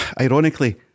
Ironically